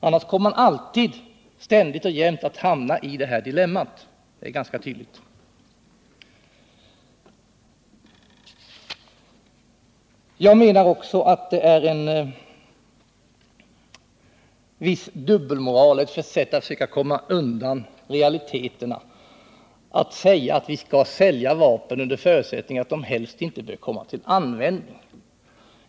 Annars kommer man ständigt och jämt att hamna i detta dilemma — det är ganska tydligt. Jag menar också att det är en viss dubbelmoral, ett sätt att komma undan realiteterna, att säga att vi skall sälja vapen under förutsättning att de helst inte skall komma till användning.